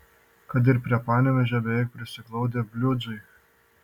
kad ir prie panevėžio beveik prisiglaudę bliūdžiai